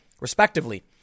respectively